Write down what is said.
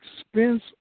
expense